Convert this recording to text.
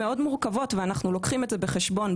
מאוד מורכבות ואנחנו לוקחים את זה בחשבון.